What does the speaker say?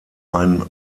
ein